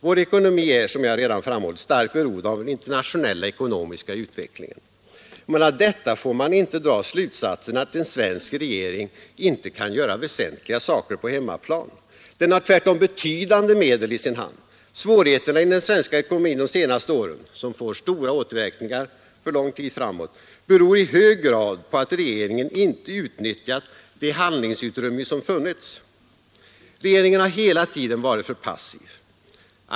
Vår ekonomi är, som jag redan framhållit, starkt beroende av den internationella ekonomiska utvecklingen. Men av detta får man inte dra slutsatsen att en svensk regering inte kan göra vissa saker på hemmaplan. Den har tvärtom betydande medel i sin hand. Svårigheterna i den svenska ekonomin de senaste åren, som får stora återverkningar för lång tid framåt, beror i hög grad på att regeringen inte utnyttjat det handlingsutrymme som funnits. Regeringen har hela tiden varit passiv.